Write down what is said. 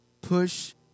push